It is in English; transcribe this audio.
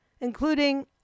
including